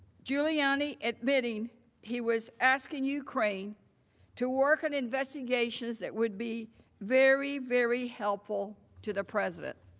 giuliani admitting he was asking ukraine to work an investigation that would be very very helpful to the president.